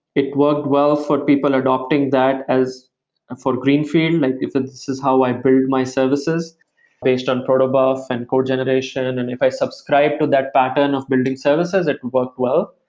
it worked well for people adopting that as for greenfield, um and like if this is how i build my services based on protobuf and code generation. and if i subscribe to that pattern of building services, it worked well.